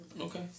Okay